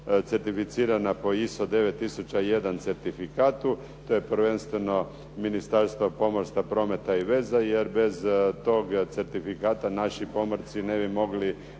certificirana po isto 9 tisuća jedan certifikatu. To je prvenstvo Ministarstvo pomorstva, prometa i veza jer bez tog certifikata naši pomorci ne bi mogli